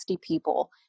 people